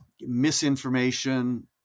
misinformation